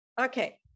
okay